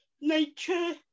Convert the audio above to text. nature